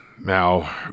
Now